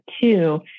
two